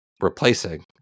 replacing